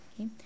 Okay